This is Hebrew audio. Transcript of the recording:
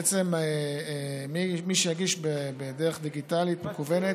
בעצם מי שיגיש בדרך דיגיטלית, מקוונת,